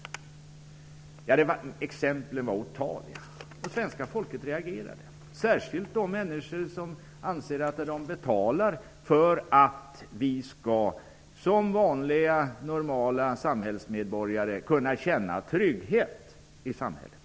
Det fanns otaliga exempel på sådant. Svenska folket reagerade -- särskilt de människor som anser att de betalar för att normala samhällsmedborgare skall kunna känna trygghet i samhället.